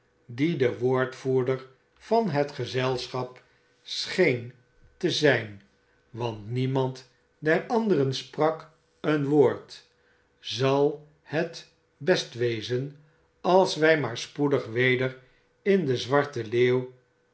die de woordvoerder van het gezelschap scheen te zijn want niemand der anderen sprak een woord zal het best wezen als wij maar spoedig weder in de zwarte leeuw